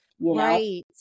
Right